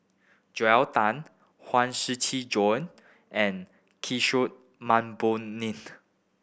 Joel Tan Huang Shiqi Joan and Kishore Mahbubani